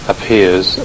appears